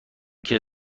کشد